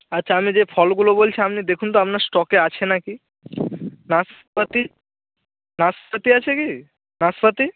আচ্ছা আমি যে ফলগুলো বলছি আপনি দেখুন তো আপনার স্টকে আছে না কি নাসপাতি নাসপাতি আছে কি নাসপাতি